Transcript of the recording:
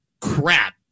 crap